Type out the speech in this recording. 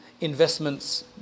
investments